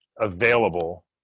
available